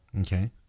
Okay